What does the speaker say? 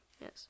Yes